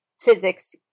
physics